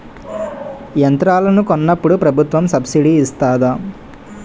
యంత్రాలను కొన్నప్పుడు ప్రభుత్వం సబ్ స్సిడీ ఇస్తాధా?